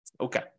Okay